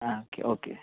ಹಾಂ okay okay